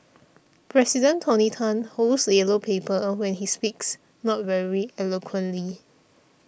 President Tony Tan holds a yellow paper when he speaks not very eloquently